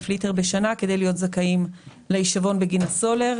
ליטר בשנה כדי להיות זכאים להישבון בגין סולר.